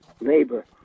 labor